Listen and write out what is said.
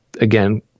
again